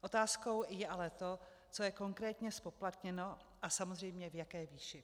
Otázkou je ale to, co je konkrétně zpoplatněno a samozřejmě v jaké výši.